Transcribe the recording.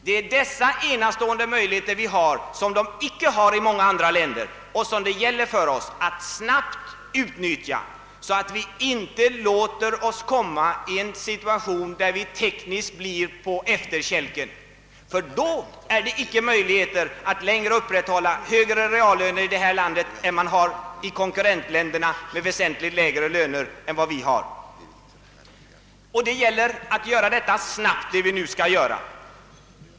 Det är dessa enastående möjligheter vi har som man i många andra länder icke har, och det gäller för oss att snabbt utnyttja dem, så att vi inte hamnar i en situation, där vi tekniskt befinner oss på efterkälken. Om vi gör det, finns det inte möjlighet att längre upprätthålla högre reallöner här i landet än i konkurrensländer, som har väsentligt lägre löner än vi. Det gäller att snabbt göra det som vi nu bör göra.